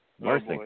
Mercy